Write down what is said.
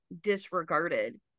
disregarded